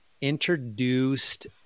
introduced